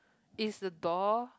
is the door